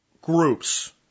groups